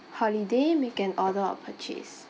holiday weekend order of purchase